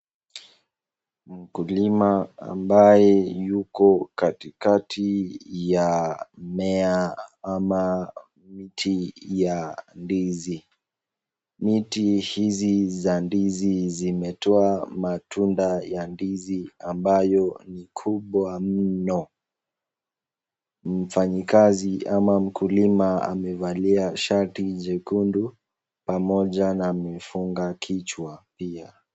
Mkulima ambaye yuko katikati ya mmea ama miti ya ndizi, miti hizi za ndizi zimetoa matunda ya ndizi ambayo ni kubwa mno, mfanyikazi ama mkulima amevalia shati jekundu pamoja amefunga kichwa.